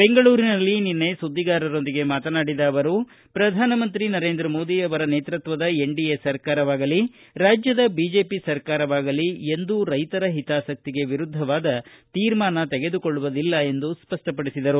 ಬೆಂಗಳೂರಿನಲ್ಲಿ ನಿನ್ನೆ ಸುದ್ಗಿಗಾರರೊಂದಿಗೆ ಮಾತನಾಡಿದ ಅವರು ಪ್ರಧಾನಮಂತ್ರಿ ನರೇಂದ್ರ ಮೋದಿ ನೇತೃತ್ವದ ಎನ್ಡಿಎ ಸರ್ಕಾರವಾಗಲಿ ರಾಜ್ಯದ ಬಿಜೆಪಿ ಸರ್ಕಾರವಾಗಲಿ ಎಂದೂ ರೈತರ ಹಿತಾಸಕ್ತಿಗೆ ವಿರುದ್ಧವಾದ ತೀರ್ಮಾನ ತೆಗೆದುಕೊಳ್ಳುವುದಿಲ್ಲ ಎಂದು ಸ್ಪಷ್ಟಪಡಿಸಿದರು